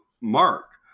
Mark